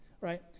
right